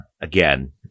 again